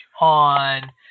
on